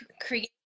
create